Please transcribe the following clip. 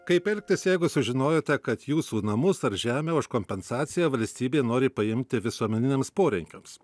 kaip elgtis jeigu sužinojote kad jūsų namus ar žemę už kompensaciją valstybė nori paimti visuomeniniams poreikiams